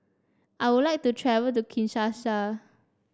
I would like to travel to Kinshasa